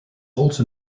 also